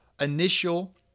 initial